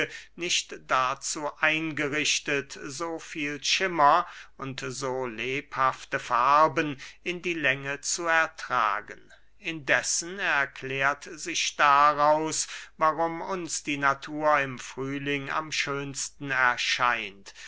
nicht dazu eingerichtet so viel schimmer und so lebhafte farben in die länge zu ertragen indessen erklärt sich daraus warum uns die natur im frühling am schönsten erscheint